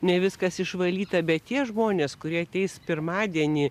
ne viskas išvalyta bet tie žmonės kurie ateis pirmadienį